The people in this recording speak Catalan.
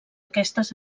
aquestes